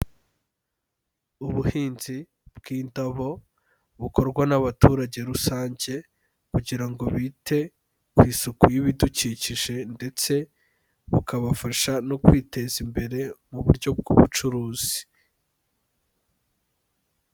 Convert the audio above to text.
Ubuhinzi bw'indabo bukorwa n'abaturage rusange kugira ngo bite ku isuku y'ibidukikije ndetse bukabafasha no kwiteza imbere mu buryo bw'ubucuruzi.